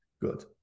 Good